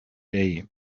day